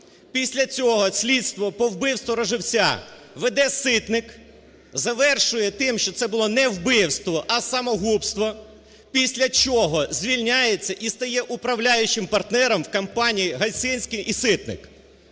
Після цього слідство по вбивству Роживця веде Ситник, завершує тим, що це було не вбивство, а самогубство, після чого звільняється і стає управляючим партнером у компанії "Гайсинський і Ситник".